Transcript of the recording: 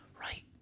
right